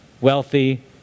wealthy